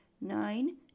Nine